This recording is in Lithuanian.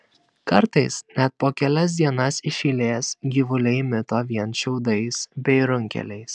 kartais net po kelias dienas iš eilės gyvuliai mito vien šiaudais bei runkeliais